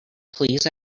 please